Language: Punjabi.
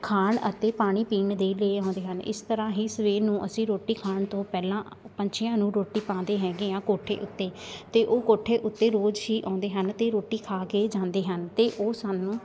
ਖਾਣ ਅਤੇ ਪਾਣੀ ਪੀਣ ਦੇ ਲਈ ਆਉਂਦੇ ਹਨ ਇਸ ਤਰ੍ਹਾਂ ਹੀ ਸਵੇਰ ਨੂੰ ਅਸੀਂ ਰੋਟੀ ਖਾਣ ਤੋਂ ਪਹਿਲਾਂ ਪੰਛੀਆਂ ਨੂੰ ਰੋਟੀ ਪਾਉਂਦੇ ਹੈਗੇ ਹਾਂ ਕੋਠੇ ਉੱਤੇ ਅਤੇ ਉਹ ਕੋਠੇ ਉੱਤੇ ਰੋਜ਼ ਹੀ ਆਉਂਦੇ ਹਨ ਅਤੇ ਰੋਟੀ ਖਾ ਕੇ ਜਾਂਦੇ ਹਨ ਅਤੇ ਉਹ ਸਾਨੂੰ